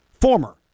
former